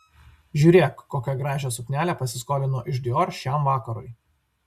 žiūrėk kokią gražią suknelę pasiskolino iš dior šiam vakarui